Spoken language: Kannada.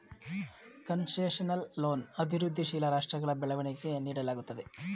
ಕನ್ಸೆಷನಲ್ ಲೋನ್ ಅಭಿವೃದ್ಧಿಶೀಲ ರಾಷ್ಟ್ರಗಳ ಬೆಳವಣಿಗೆಗೆ ನೀಡಲಾಗುತ್ತದೆ